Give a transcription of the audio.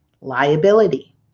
liability